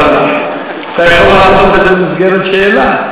אתה יכול לעשות את זה במסגרת שאלה.